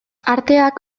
arteak